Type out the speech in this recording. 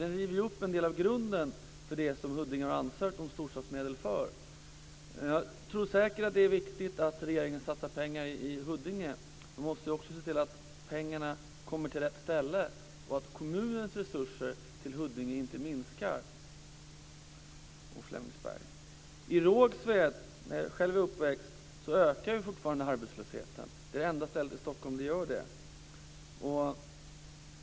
Den river ju upp en del av grunden för det som Huddinge ansökt om storstadsmedel för. Det är säkert viktigt att regeringen satsar pengar i Huddinge men det gäller också att se till att pengarna kommer till rätt ställe och att kommunens resurser till Huddinge och Flemingsberg inte minskar. I Rågsved, där jag själv är uppväxt, ökar arbetslösheten fortfarande. Det är enda stället i Stockholm där det är så.